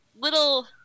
little